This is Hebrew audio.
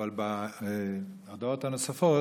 אבל בדעות הנוספות